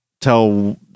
tell